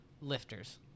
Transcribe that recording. lifters